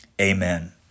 Amen